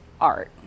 art